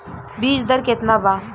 बीज दर केतना बा?